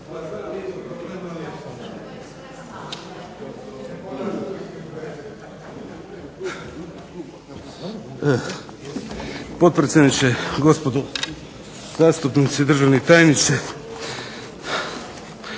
Potpredsjedniče, gospodo zastupnici, državni tajniče.